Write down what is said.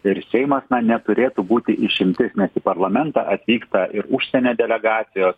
ir seimas na neturėtų būti išimtis nes į parlamentą atvyksta ir užsienio delegacijos